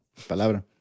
Palabra